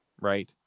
right